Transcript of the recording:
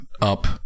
up